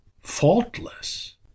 faultless